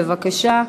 בבקשה.